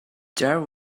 there